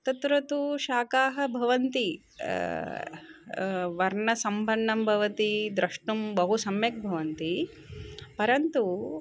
तत्र तु शाकाः भवन्ति वर्णसम्पन्नं भवति द्रष्टुं बहु सम्यक् भवन्ति परन्तु